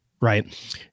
right